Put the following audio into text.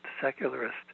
secularist